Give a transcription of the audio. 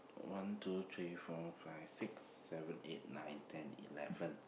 one two three four five six seven eight nine ten eleven